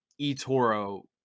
eToro